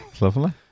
Lovely